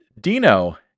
Dino